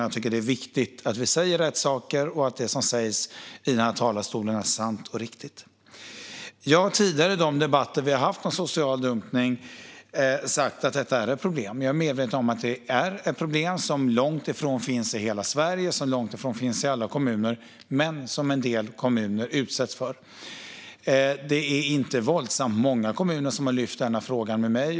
Jag tycker att det är viktigt att vi säger rätt saker och att det som sägs i denna talarstol är sant och riktigt. Jag har tidigare i de debatter som vi har haft om social dumpning sagt att detta är ett problem. Jag är medveten om att det är ett problem som långt ifrån finns i hela Sverige och som långt ifrån finns i alla kommuner men som en del kommuner utsätts för. Det är inte våldsamt många kommuner som har lyft fram denna fråga för mig.